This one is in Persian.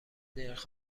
نرخ